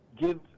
give